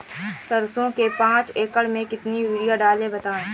सरसो के पाँच एकड़ में कितनी यूरिया डालें बताएं?